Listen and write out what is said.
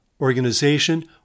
organization